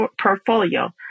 portfolio